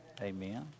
Amen